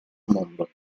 mondo